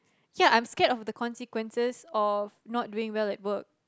ya I'm scared of the consequences of not doing well at work